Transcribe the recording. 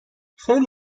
خیلی